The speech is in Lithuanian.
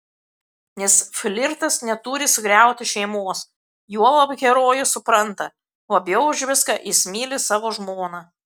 nes flirtas neturi sugriauti šeimos juolab herojus supranta labiau už viską jis myli savo žmoną